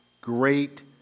Great